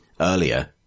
earlier